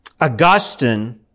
Augustine